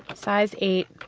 size eight,